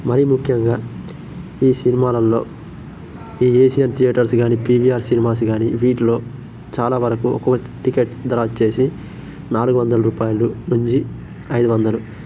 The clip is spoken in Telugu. మరి ముఖ్యంగా ఈ సినిమాలల్లో ఈ ఏషియన్ థియేటర్స్ గానీ పీవీఆర్ సినిమాస్ గానీ వీటిలో చాలా వరకు ఒకో టికెట్ ధర వచ్చేసి నాలుగు వందల రూపాయలు నుంచి ఐదు వందలు